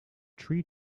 tree